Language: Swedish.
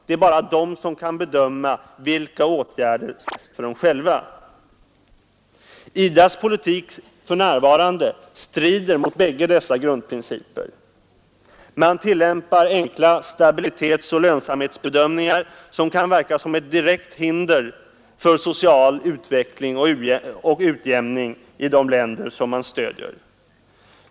Det är bara dessa som kan bedöma vilka åtgärder som är bäst för dem själva. IDA:s politik för närvarande strider mot bägge dessa grundprinciper. Man tillämpar enkla stabilitetsoch lönsamhetsbedömningar, som kan verka som ett direkt hinder för social utveckling och utjämning i de länder man stöder.